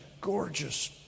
gorgeous